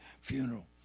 funeral